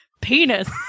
Penis